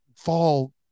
fall